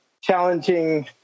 challenging